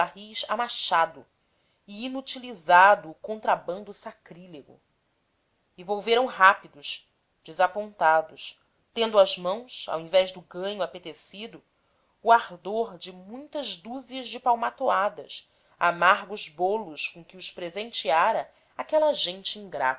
barris a machado e inutilizado o contrabando sacrílego e volveram rápidos desapontados tendo às mãos ao invés do ganho apetecido o ardor de muitas dúzias de palmatoadas amargos bolos com que os presenteara aquela gente ingrata